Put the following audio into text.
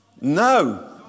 No